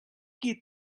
qui